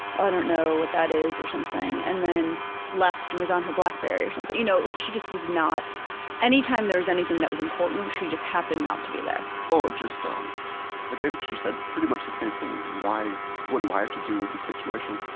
i don't know what that is, or something. and then left and was on her blackberry or something. you know, like she just was not anytime there was anything that was important, she just happened not to be there. or just, um again, she said pretty much the same thing, why what do i have to do with this situation?